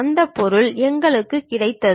அந்த பொருள் எங்களுக்கு கிடைத்தது